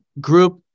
group